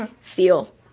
feel